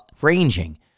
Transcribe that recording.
ranging